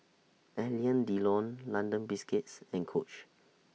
Alain Delon London Biscuits and Coach